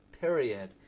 period